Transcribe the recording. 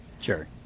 Sure